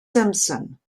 simpson